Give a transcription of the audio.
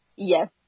Yes